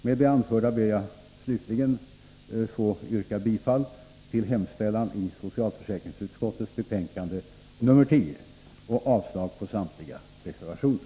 Med det anförda ber jag slutligen att få yrka bifall till hemställan i socialförsäkringsutskottets betänkande nr 10 och avslag på samtliga reservationer.